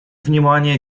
внимания